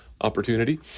opportunity